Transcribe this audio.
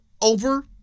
over